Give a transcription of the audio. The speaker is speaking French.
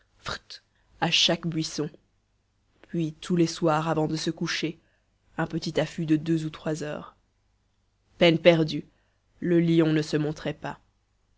à chaque buisson puis tous les soirs avant de se coucher un petit affût de deux ou trois heures peine perdue le lion ne se montrait pas